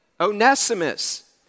Onesimus